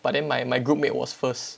but then my my group mate was first